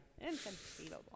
Inconceivable